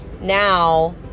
now